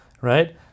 Right